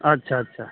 अच्छा अच्छा